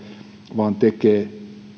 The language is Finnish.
vaan tekee